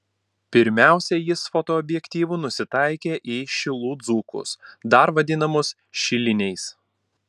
pirmiausia jis fotoobjektyvu nusitaikė į šilų dzūkus dar vadinamus šiliniais